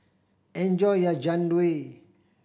enjoy your Jian Dui